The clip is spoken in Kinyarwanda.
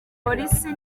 polisi